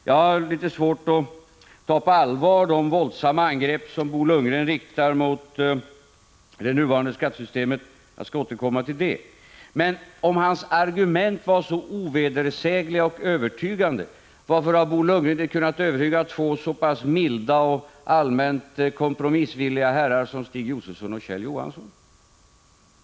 Jag har litet svårt att ta på allvar de våldsamma angrepp som Bo Lundgren riktar mot det nuvarande skattesystemet. Jag skall återkomma till detta. Om Bo Lundgrens argument är så ovedersägliga och övertygande, varför har han inte kunnat övertyga två så pass milda och allmänt kompromissvilliga herrar som Stig Josefson och Kjell Johansson?